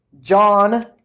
John